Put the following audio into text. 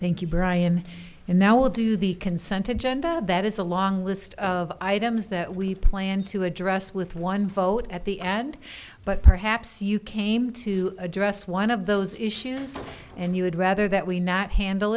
thank you brian and now will do the consented genda that is a long list of items that we plan to address with one vote at the end but perhaps you came to address one of those issues and you would rather that we not handle